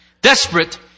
Desperate